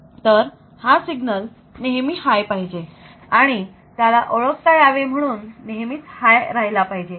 तर हा सिग्नल नेहमी हाय पाहिजे आणि त्याला ओळखता यावे म्हणून नेहमीच हाय राहिला पाहिजे